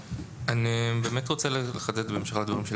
אני באמת רוצה לחדד את הדברים.